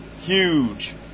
Huge